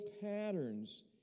patterns